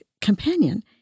companion